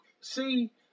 see